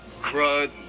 crud